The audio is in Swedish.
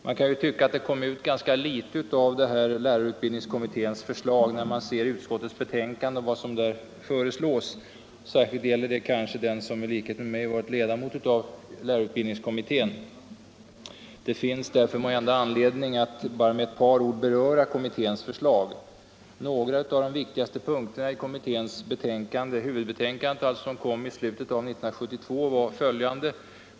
Man kan tycka att det kom ut ganska litet av lärarutbildningskommitténs arbete när man ser vad som föreslås i utskottets betänkande. Särskilt gäller detta kanske för den som i likhet med mig har varit ledamot av lärarutbildningskommittén. Därför finns det anledning att med några ord beröra kommitténs förslag. Några av de viktigaste punkterna i kommitténs huvudbetänkande, som kom i slutet av 1972, var följande.